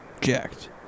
Jacked